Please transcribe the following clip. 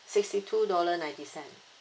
sixty two dollar ninety cent